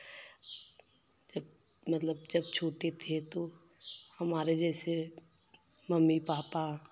मतलब जब छोटे थे तो हमारे जैसे मम्मी पापा